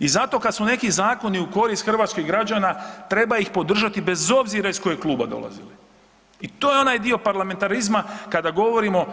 I zato kad su neki zakoni u korist hrvatskih građana treba ih podržati bez obzira iz kojeg kluba dolazili i to je onaj dio parlamentarizma kada govorimo